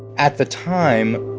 at the time,